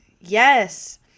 yes